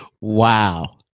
Wow